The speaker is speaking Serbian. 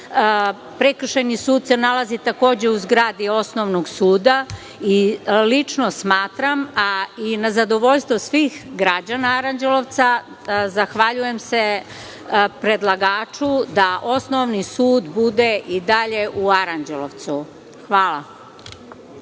Prekšajni sud se nalazi takođe u zgradi Osnovnog suda. Lično smatram, a i na zadovoljstvo svih građana Aranđelovca, zahvaljujem se predlagaču da Osnovni sud bude i dalje u Aranđelovcu. Hvala.